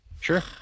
Sure